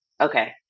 Okay